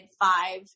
five